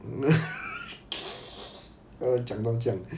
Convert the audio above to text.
讲到这样